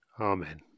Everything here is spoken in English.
Amen